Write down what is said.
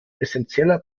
essenzieller